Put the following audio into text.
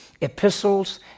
epistles